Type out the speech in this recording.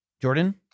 Jordan